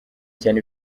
cyane